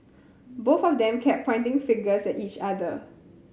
both of them kept pointing fingers at each other